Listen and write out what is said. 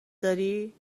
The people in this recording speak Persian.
داری